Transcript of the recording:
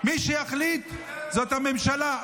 מי שתחליט זו הממשלה.